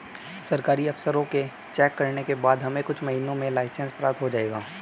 सरकारी अफसरों के चेक करने के बाद हमें कुछ महीनों में लाइसेंस प्राप्त हो जाएगा